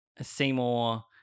Seymour